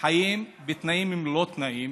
חיים בתנאים לא תנאים.